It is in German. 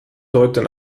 deuten